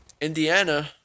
Indiana